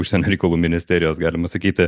užsienio reikalų ministerijos galima sakyti